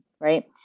right